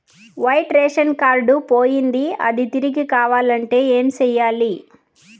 white ration card పోయింది అది తిరిగి కావాలంటే ఏం సేయాలి